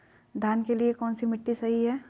धान के लिए कौन सी मिट्टी सही है?